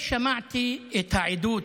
שמעתי את העדות,